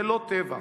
זה לא טבח.